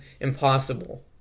impossible